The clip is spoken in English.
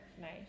nice